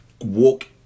walk